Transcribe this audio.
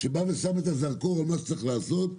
שבא ושם את הזרקור על מה צריך לעשות,